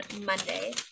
Monday